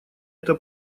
это